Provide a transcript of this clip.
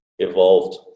evolved